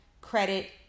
Credit